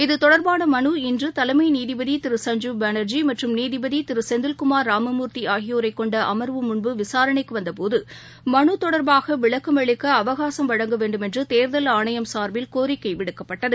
இது தொடர்பான மனு இன்று தலைமை நீதிபதி திரு சஞ்ஜீவ் பானர்ஜி மற்றும் நீதிபதி திரு செந்தில்குமார் ராமமூர்த்தி ஆகியோரைக் கொண்ட அமர்வு முள் விசாரணைக்கு வந்தபோது மனு தொடர்பாக விளக்கம் அளிக்க அவகாசம் வழங்க வேண்டுமென்று தேர்தல் ஆணையம் சார்பில் கோரிக்கை விடுக்கப்பட்டது